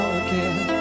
again